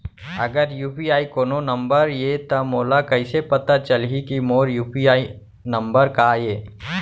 अगर यू.पी.आई कोनो नंबर ये त मोला कइसे पता चलही कि मोर यू.पी.आई नंबर का ये?